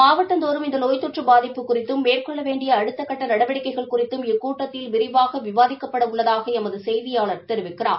மாவட்டந்தோறும் இந்த நோய் தொற்று பாதிப்பு குறித்தும் மேற்கொள்ள வேண்டிய அடுத்தக்கட்ட நடவடிக்கைகள் குறித்தும் இக்கூட்டத்தில் விரிவாக விவாதிக்கப்பட உள்ளதாக எமது செய்தியாளர் தெரிவிக்கிறார்